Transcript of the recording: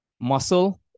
Muscle